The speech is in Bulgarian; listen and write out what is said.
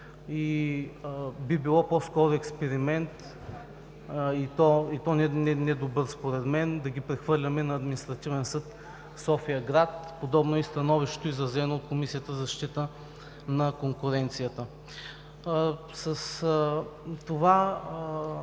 и би било по-скоро експеримент, и то не добър според мен да ги прехвърляме на Административен съд София-град. Подобно е и становището изразено от Комисията за защита на конкуренцията. С това